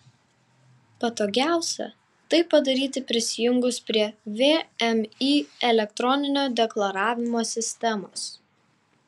patogiausia tai padaryti prisijungus prie vmi elektroninio deklaravimo sistemos